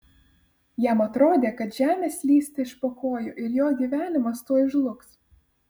jam atrodė kad žemė slysta iš po kojų ir jo gyvenimas tuoj žlugs